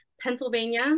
Pennsylvania